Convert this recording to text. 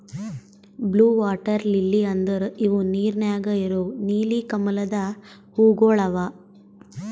blue water lily ಅಂದುರ್ ಇವು ನೀರ ನ್ಯಾಗ ಇರವು ನೀಲಿ ಕಮಲದ ಹೂವುಗೊಳ್ ಅವಾ